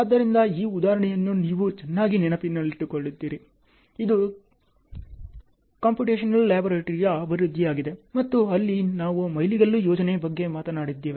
ಆದ್ದರಿಂದ ಈ ಉದಾಹರಣೆಯನ್ನು ನೀವು ಚೆನ್ನಾಗಿ ನೆನಪಿಸಿಕೊಳ್ಳುತ್ತೀರಿ ಇದು ಕಂಪ್ಯೂಟೇಶನಲ್ ಲ್ಯಾಬೊರೇಟರಿಯ ಅಭಿವೃದ್ಧಿಯಾಗಿದೆ ಮತ್ತು ಅಲ್ಲಿ ನಾವು ಮೈಲಿಗಲ್ಲು ಯೋಜನೆ ಬಗ್ಗೆ ಮಾತನಾಡಿದ್ದೇವೆ